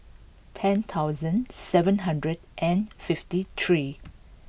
ten thousand seven hundred and fifty three